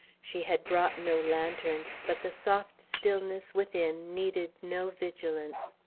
she had brought no lantern, but the soft stillness within needed no vigilance.